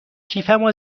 کیفمو